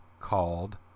called